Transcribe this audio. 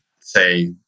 say